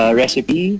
recipe